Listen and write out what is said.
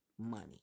money